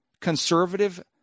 conservative